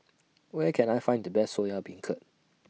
Where Can I Find The Best Soya Beancurd